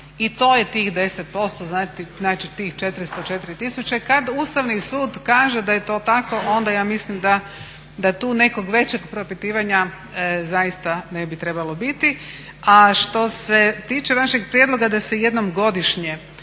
i to je tih 10%, znači tih 404000. Kad Ustavni sud kaže da je to tako, onda ja mislim da tu nekog većeg propitivanja zaista ne bi trebalo biti. A što se tiče vašeg prijedloga da se jednom godišnje